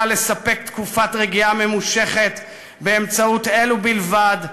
לספק תקופת רגיעה ממושכת באמצעים אלו בלבד,